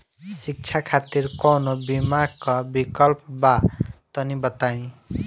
शिक्षा खातिर कौनो बीमा क विक्लप बा तनि बताई?